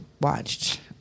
watched